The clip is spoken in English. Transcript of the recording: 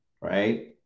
right